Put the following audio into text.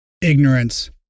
Ignorance